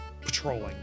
patrolling